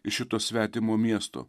iš šito svetimo miesto